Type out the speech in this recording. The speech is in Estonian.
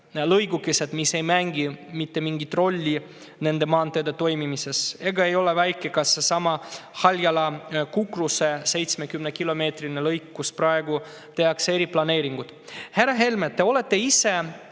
lõigukesed, mis ei mängi mitte mingit rolli nende maanteede toimimises. Ega ei ole väike ka seesama Haljala-Kukruse 70-kilomeetrine lõik, millele praegu tehakse eriplaneeringut. Härra Helme, te olete ise